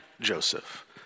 Joseph